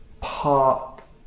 pop